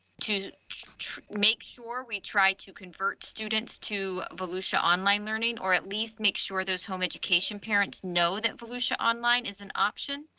to make sure we try to convert students to volusia online learning, or at least make sure those home education parents know that felicia online is an option.